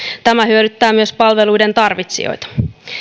tämä hyödyttää myös palveluiden tarvitsijoita